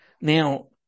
Now